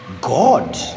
God